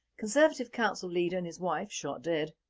conservative council leader and his wife shot dead